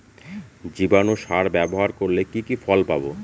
জীবাণু সার ব্যাবহার করলে কি কি ফল পাবো?